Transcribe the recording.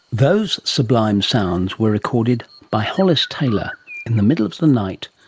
those sublime sounds were recorded by hollis taylor in the middle of the night,